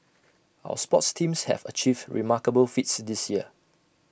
our sports teams have achieved remarkable feats this year